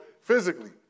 physically